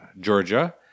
Georgia